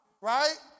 right